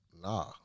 Nah